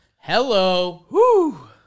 Hello